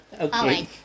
Okay